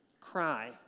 cry